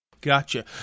Gotcha